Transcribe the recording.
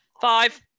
Five